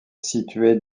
située